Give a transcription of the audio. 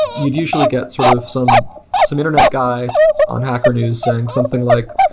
you'd usually get sort of some some internet guy on hacker news saying something like,